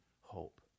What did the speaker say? hope